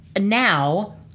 now